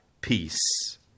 peace